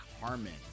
Harmon